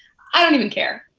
i don't even care.